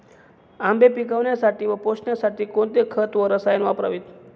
आंबे पिकवण्यासाठी व पोसण्यासाठी कोणते खत व रसायने वापरावीत?